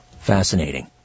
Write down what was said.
Fascinating